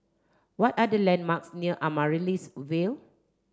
what are the landmarks near Amaryllis Ville